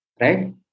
right